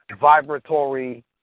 vibratory